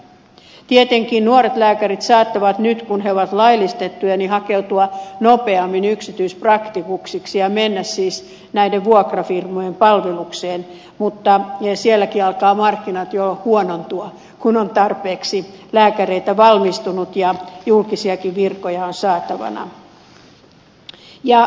tietenkin nuoret lääkärit saattavat nyt kun he ovat laillistettuja hakeutua nopeammin yksityispraktikoiksi ja siis mennä näiden vuokrafirmojen palvelukseen mutta sielläkin alkavat markkinat jo huonontua kun on tarpeeksi lääkäreitä valmistunut ja julkisiakin virkoja on saatavana